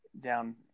down